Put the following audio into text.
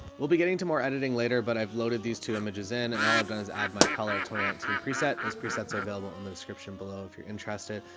we'll be getting into more editing later, but i've loaded these two images in and all i've done is add my color two nineteen preset. those presets are available in the description below if you're interested.